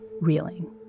reeling